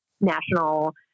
national